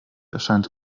erscheint